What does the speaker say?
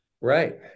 right